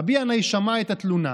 רבי ינאי שמע את התלונה